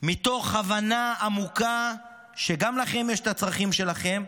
מתוך הבנה עמוקה שגם לכם יש את הצרכים שלכם.